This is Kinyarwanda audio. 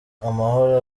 amahoro